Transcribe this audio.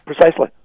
Precisely